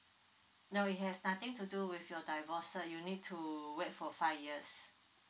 no it has nothing to do with your divorce sir you need to wait for five years